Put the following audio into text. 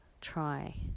try